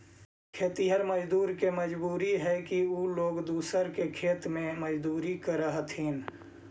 खेतिहर मजदूर के मजबूरी हई कि उ लोग दूसर के खेत में मजदूरी करऽ हथिन